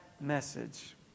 message